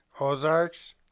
Ozarks